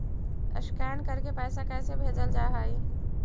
Scan करके पैसा कैसे भेजल जा हइ?